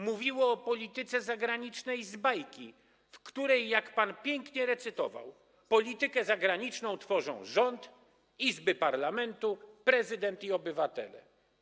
Mówiło o polityce zagranicznej z bajki, w której - jak pan pięknie recytował - politykę zagraniczną tworzą rząd, izby parlamentu, prezydent i obywatele.